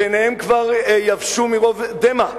שעיניהם כבר יבשו מרוב דמע,